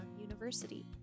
University